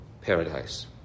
paradise